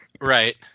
Right